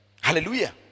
Hallelujah